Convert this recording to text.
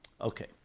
Okay